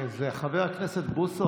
חבר הכנסת בוסו,